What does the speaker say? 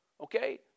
okay